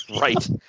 right